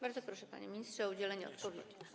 Bardzo proszę, panie ministrze, o udzielenie odpowiedzi.